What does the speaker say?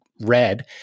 red